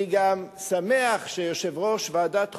אני גם שמח שיושב-ראש ועדת חוקה,